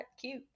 cute